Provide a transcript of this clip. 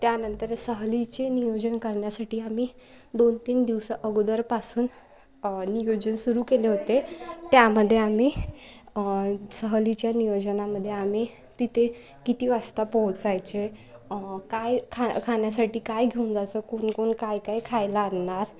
त्यानंतर सहलीचे नियोजन करण्यासाठी आम्ही दोन तीन दिवस अगोदरपासून नियोजन सुरू केले होते त्यामध्ये आम्ही सहलीच्या नियोजनामध्ये आम्ही तिथे किती वाजता पोहोचायचे काय खा खाण्यासाठी काय घेऊन जायचं कोणकोण काय काय खायला आणणार